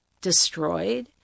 destroyed